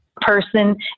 person